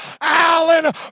Alan